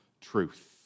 truth